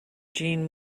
jean